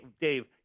Dave